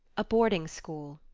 a boarding school.